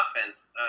offense